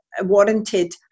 warranted